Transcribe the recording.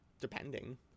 Depending